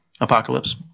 Apocalypse